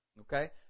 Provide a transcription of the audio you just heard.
Okay